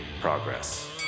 Progress